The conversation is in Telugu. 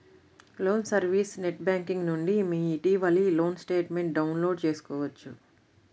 లోన్ సర్వీస్ నెట్ బ్యేంకింగ్ నుండి మీ ఇటీవలి లోన్ స్టేట్మెంట్ను డౌన్లోడ్ చేసుకోవచ్చు